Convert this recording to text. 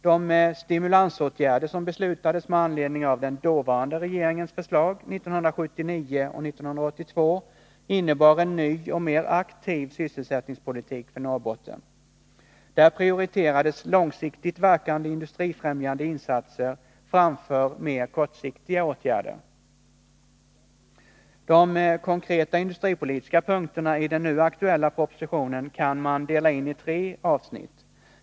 De stimulansåtgärder som beslutades med anledning av den dåvarande regeringens förslag, 1979 och 1982, innebar en ny och mer aktiv sysselsättningspolitik för Norrbotten. Där prioriterades långsiktigt verkande industrifrämjande insatser framför mer kortsiktiga åtgärder. De konkreta industripolitiska punkterna i den nu aktuella propositionen kan man dela in i tre avsnitt.